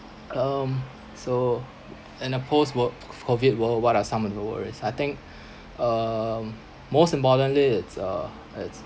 um so in a post world p~ COVID world what are some of the worries I think um most importantly it's uh it's